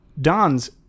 Don's